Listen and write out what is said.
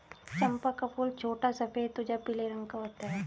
चंपा का फूल छोटा सफेद तुझा पीले रंग का होता है